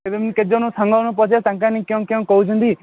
ଏବେ ମୁଁ କେତେ ଜଣ ସାଙ୍ଗ ମାନଙ୍କୁ ପଚାରେ ତାଙ୍କେ ମାନେ କ'ଣ କ'ଣ କହୁଛନ୍ତି